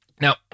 Now